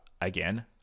again